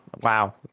Wow